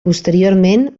posteriorment